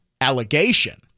allegation